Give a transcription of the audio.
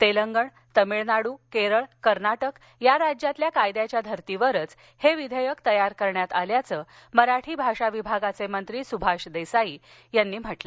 तेलंगण तमिळनाडू केरळ कर्नाटक या राज्यातील कायद्याच्या धर्तीवरच हे विधेयक तयार करण्यात आल्याचं मराठी भाषा विभागाचे मंत्री सुभाष देसाई यांनी सांगितलं